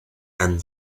and